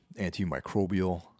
antimicrobial